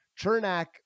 Chernak